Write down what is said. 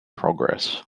progress